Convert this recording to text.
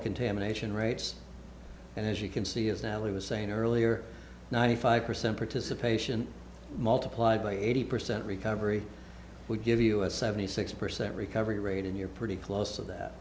contamination rates and as you can see as now he was saying earlier ninety five percent participation multiplied by eighty percent recovery would give you a seventy six percent recovery rate and you're pretty close to that